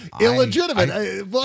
illegitimate